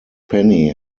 penny